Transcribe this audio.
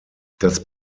das